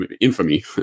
infamy